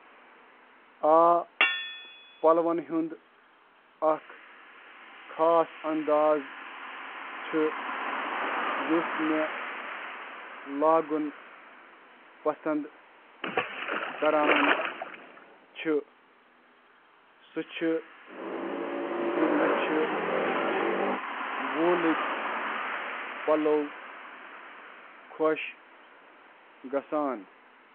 بہٕ چھُس عموٗمَن آرام دہ تہٕ آرام دہ پَلو یِتھ کٔنۍ ٹی شرٹہٕ تہٕ جینز لاگنس ترجیح دِوان تِکیازِ تِم چھِ مےٚ پوٗرٕ دۄہَس آرام محسوس کران۔